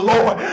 Lord